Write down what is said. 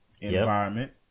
environment